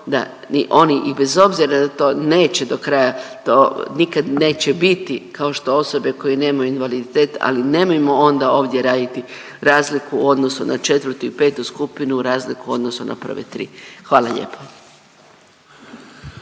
da oni i bez obzira da to neće do kraja to nikad neće biti kao što osobe koje nemaju invaliditet, ali nemojmo onda ovdje raditi razliku u odnosu na četvrtu i petu skupinu razliku u odnosu na prve tri. Hvala lijepo.